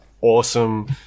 awesome